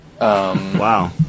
Wow